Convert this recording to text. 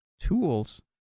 tools